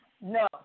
No